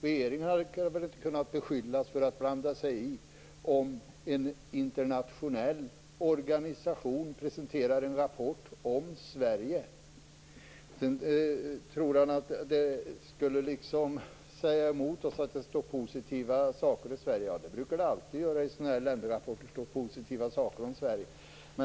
Regeringen hade väl inte kunnat beskyllas för att blanda sig i om en internationell organisation presenterade en rapport om Sverige. Axel Andersson tror att det skulle säga emot oss att det står positiva saker om Sverige i rapporten. Men det brukar det alltid göra i sådana här länderrapporter. Det står alltid positiva saker om Sverige.